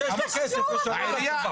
מה זה קשור בכלל?